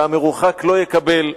והמרוחק לא יקבל.